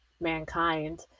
mankind